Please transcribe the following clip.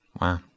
Wow